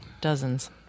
dozens